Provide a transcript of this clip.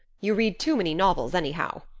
you read too many novels anyhow.